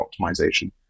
optimization